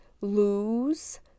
lose